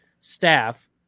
staff